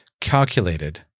calculated